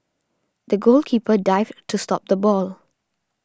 the goalkeeper dived to stop the ball